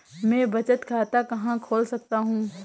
मैं बचत खाता कहाँ खोल सकता हूँ?